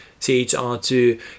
CHR2